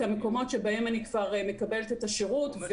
המקומות שבהם אני כבר מקבלת את השירות.